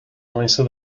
nicer